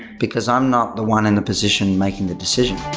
because i'm not the one in the position making the decision.